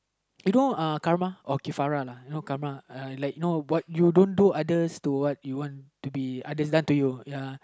you know uh karma or kifara you know karma uh like you know what you don't do other to what you want to be others done to you ya